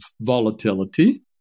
volatility